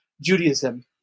Judaism